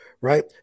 right